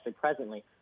presently